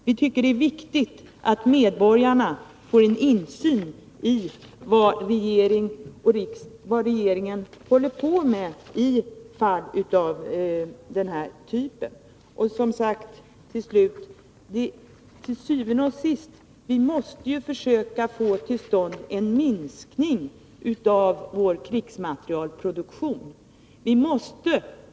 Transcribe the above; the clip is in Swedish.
Vi tycker att det är viktigt att medborgarna får insyn i vad regeringen håller på med i fall av den här typen. Til syvende og sidst måste vi, som sagt, försöka få till stånd en minskning av vår krigsmaterielproduktion.